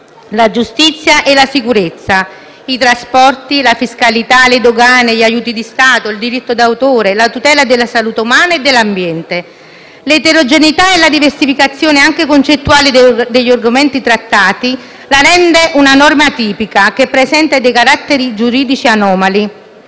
la giustizia e la sicurezza, i trasporti, la fiscalità, le dogane, gli aiuti di Stato, il diritto d'autore e la tutela della salute umana e dell'ambiente. L'eterogeneità e la diversificazione anche concettuale degli argomenti trattati la rendono una norma atipica, che presenta dei caratteri giuridici anomali,